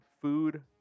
food